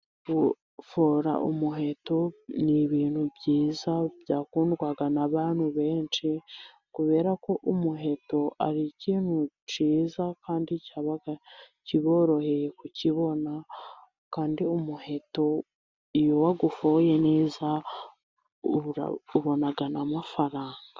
Gufora umuheto n'ibintu byiza byakundwaga n'abantumi benshi kubera ko umuheto ari ikintu kiza kandi cyaba kiboroheye kukibona, kandi umuheto iyo wawufoye neza ubona n'amafaranga.